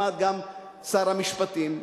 גם שר המשפטים,